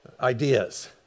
ideas